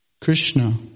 Krishna